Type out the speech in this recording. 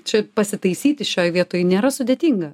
čia pasitaisyti šioj vietoj nėra sudėtinga